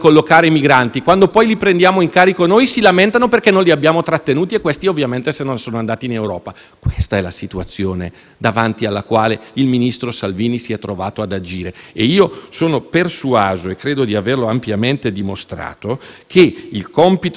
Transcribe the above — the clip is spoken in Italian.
Questa è la situazione davanti alla quale il ministro Salvini si è trovato ad agire. Io sono persuaso - e credo di averlo ampiamente dimostrato - che il compito del Ministro fosse esattamente quello che è stato portato avanti: nel preminente interesse